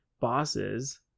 bosses